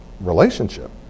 relationship